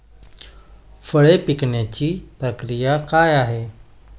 फळे पिकण्याची प्रक्रिया काय आहे?